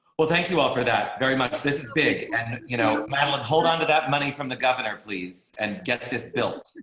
well, thank you all for that very much. this is big and, you know, madeline hold on to that money from the governor please and get this built